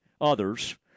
others